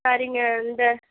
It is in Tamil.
சரிங்க இந்த